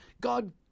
God